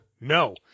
No